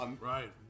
Right